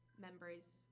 members